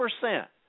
percent